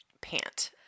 pant